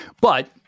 But-